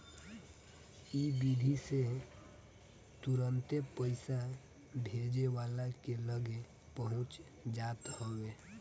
इ विधि से तुरंते पईसा भेजे वाला के लगे पहुंच जात हवे